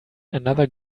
another